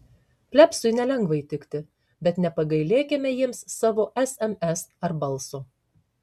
plebsui nelengva įtikti bet nepagailėkime jiems savo sms ar balso